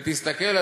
ותסתכל,